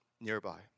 nearby